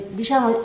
diciamo